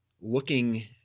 looking